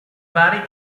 vari